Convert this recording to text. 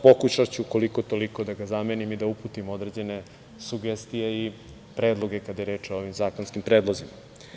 Pokušaću, koliko-toliko da ga zamenim i da uputim određene sugestije, predloge kada je reč o ovim zakonskim predlozima.